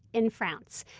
in france.